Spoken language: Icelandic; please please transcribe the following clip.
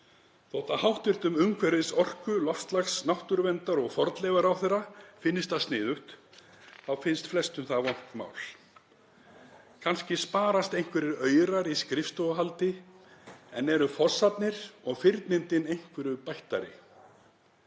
Þótt hæstv. umhverfis-, orku-, loftslags-, náttúruverndar- og fornleifaráðherra finnist það sniðugt þá finnst flestum það vont mál. Kannski sparast einhverjir aurar í skrifstofuhaldi en eru fossarnir og firnindin einhverju bættari?